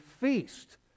feast